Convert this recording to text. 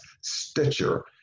Stitcher